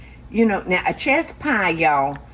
you know, now a chess pie, y'all.